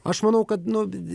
aš manau kad nu vi vi